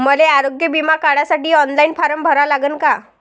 मले आरोग्य बिमा काढासाठी ऑनलाईन फारम भरा लागन का?